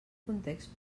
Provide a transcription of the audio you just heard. context